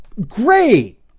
great